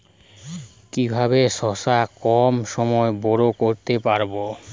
কিভাবে শশা কম সময়ে বড় করতে পারব?